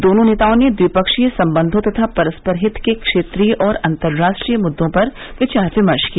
दोनों नेताओं ने ट्विपक्षीय सम्बंधों तथा परस्पर हित के क्षेत्रीय और अंतर्राष्ट्रीय मुद्दों पर विचार विमर्श किया